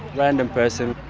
random person.